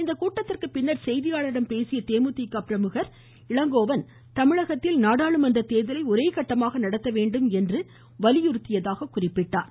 இக்கூட்டத்திற்கு பின்னர் செய்தியாளரிடம் பேசிய தேமுதிக பிரமுகர் இளங்கோவன் தமிழகத்தில் நாடளுமன்ற தேர்தலை ஒரே கட்டமாக நடத்த வேண்டும் என்று வலியுறுத்தியதாக குறிப்பிட்டார்